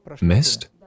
Missed